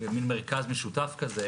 במין מרכז משותף כזה.